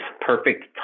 perfect